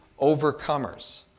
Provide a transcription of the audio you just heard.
overcomers